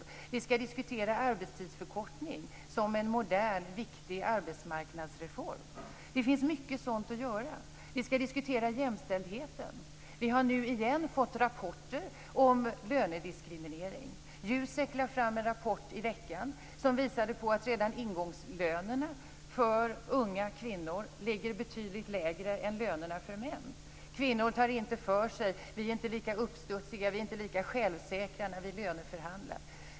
Vi skall diskutera arbetstidsförkortning som en modern, viktig arbetsmarknadsreform. Det finns mycket sådant att göra. Vi skall diskutera jämställdheten. Vi har nu, igen, fått rapporter om lönediskriminering. JUSEK lade fram en rapport i veckan som visade på att redan ingångslönerna för unga kvinnor ligger betydligt lägre än lönerna för män. Kvinnor tar inte för sig. Vi är inte lika uppstudsiga, inte lika självsäkra när vi löneförhandlar.